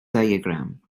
diagram